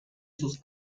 sus